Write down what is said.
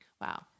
wow